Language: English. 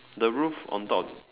the roof on top